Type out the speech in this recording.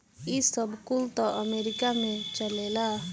ई सब कुल त अमेरीका में चलेला